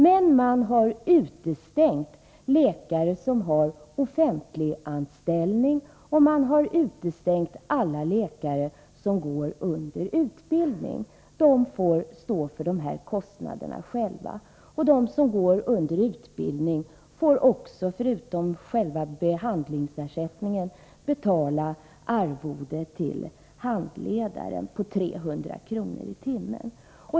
Men man har utestängt läkare som har offentliganställning, och man har utestängt alla läkare som är under utbildning; de får själva stå för de här kostnaderna. De som går i utbildning får förutom själva behandlingsersättningen betala arvode till handledare på 300 kr. i timmen.